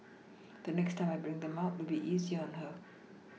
the next time I bring them out it'll be easier at her